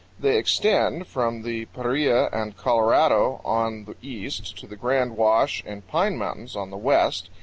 they ex-tend from the paria and colorado on the east to the grand wash and pine mountains on the west,